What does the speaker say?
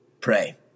pray